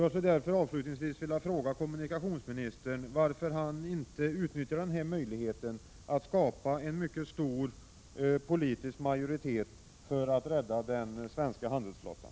Jag skulle därför avslutningsvis vilja fråga kommunikationsministern varför han inte utnyttjar den möjligheten att skapa en mycket stor politisk majoritet för att rädda den svenska handelsflottan.